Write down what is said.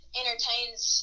entertains